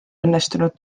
õnnestunud